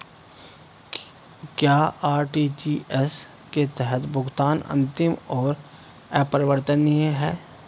क्या आर.टी.जी.एस के तहत भुगतान अंतिम और अपरिवर्तनीय है?